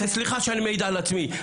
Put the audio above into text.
וסליחה שאני מעיד על עצמי,